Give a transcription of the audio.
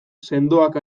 sendoak